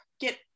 get